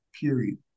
Period